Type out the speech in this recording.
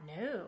No